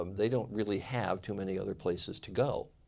um they don't really have too many other places to go.